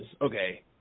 okay